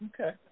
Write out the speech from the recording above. Okay